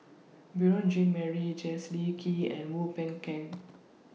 Beurel Jean Marie Kee and Wu Peng Keng